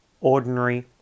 ordinary